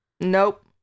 Nope